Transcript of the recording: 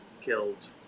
killed